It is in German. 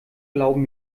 glauben